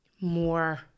more